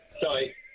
Sorry